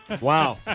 Wow